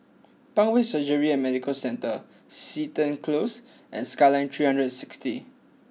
Parkway Surgery and Medical Centre Seton Close and Skyline three hundred and sixty